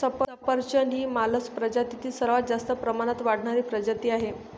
सफरचंद ही मालस प्रजातीतील सर्वात जास्त प्रमाणात वाढणारी प्रजाती आहे